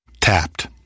Tapped